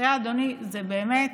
תראה, אדוני, באמת,